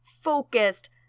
focused